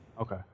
okay